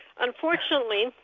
unfortunately